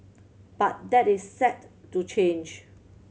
but that is set to change